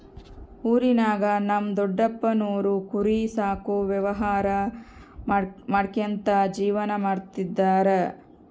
ಊರಿನಾಗ ನಮ್ ದೊಡಪ್ಪನೋರು ಕುರಿ ಸಾಕೋ ವ್ಯವಹಾರ ಮಾಡ್ಕ್ಯಂತ ಜೀವನ ಮಾಡ್ತದರ